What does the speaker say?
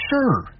Sure